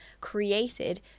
created